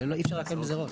אי אפשר להקל בזה ראש.